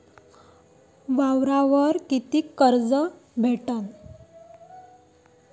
वावरावर कितीक कर्ज भेटन?